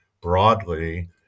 broadly